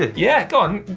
yeah, go on.